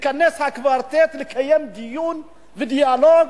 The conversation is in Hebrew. מתכנס הקוורטט לקיים דיון ודיאלוג,